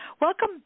Welcome